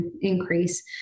increase